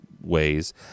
ways